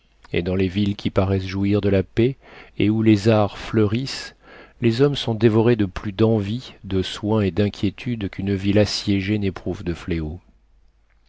et dans les villes qui paraissent jouir de la paix et où les arts fleurissent les hommes sont dévorés de plus d'envie de soins et d'inquiétudes qu'une ville assiégée n'éprouve de fléaux